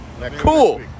Cool